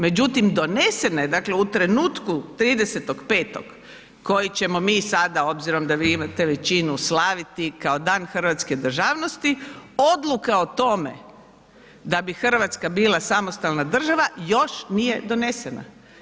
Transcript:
Međutim donesena je, dakle u trenutku 30.5. koji ćemo mi sada obzirom da vi imate većinu slaviti kao Dan hrvatske državnosti, odluka o tome da bi Hrvatska bila samostalna država još nije donesena.